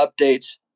updates